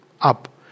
up